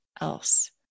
else